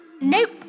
Nope